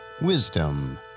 Wisdom